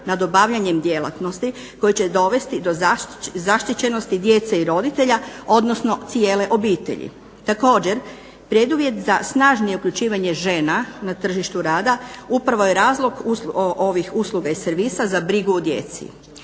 nad obavljanjem djelatnosti koje će dovesti do zaštićenosti djece i roditelja, odnosno cijele obitelji. Također, preduvjet za snažnije uključivanje žena na tržištu rada upravo je razlog ovih usluga i servisa za brigu o djeci.